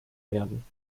werden